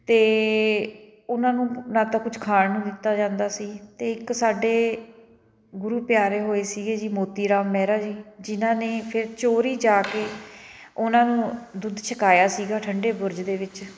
ਅਤੇ ਉਹਨਾਂ ਨੂੰ ਨਾ ਤਾਂ ਕੁਛ ਖਾਣ ਨੂੰ ਦਿੱਤਾ ਜਾਂਦਾ ਸੀ ਅਤੇ ਇੱਕ ਸਾਡੇ ਗੁਰੂ ਪਿਆਰੇ ਹੋਏ ਸੀਗੇ ਜੀ ਮੋਤੀਰਾਮ ਮਹਿਰਾ ਜੀ ਜਿਹਨਾਂ ਨੇ ਫਿਰ ਚੋਰੀ ਜਾ ਕੇ ਉਹਨਾਂ ਨੂੰ ਦੁੱਧ ਛਕਾਇਆ ਸੀਗਾ ਠੰਡੇ ਬੁਰਜ ਦੇ ਵਿੱਚ